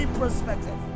perspective